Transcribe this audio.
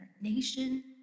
nation